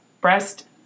breast